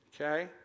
Okay